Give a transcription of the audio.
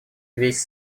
весь